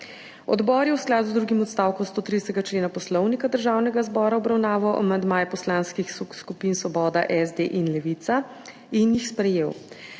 Odbor je v skladu z drugim odstavkom 130. člena Poslovnika Državnega zbora obravnaval amandmaje poslanskih skupin Svoboda, SD in Levica in jih sprejel.